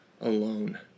alone